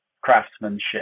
craftsmanship